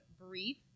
brief